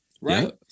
Right